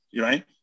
right